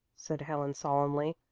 said helen solemnly,